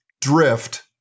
drift